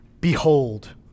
Behold